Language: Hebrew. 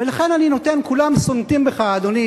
ולכן, אני נותן, כולם סונטים בך, אדוני